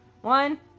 One